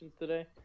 today